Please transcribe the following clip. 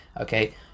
okay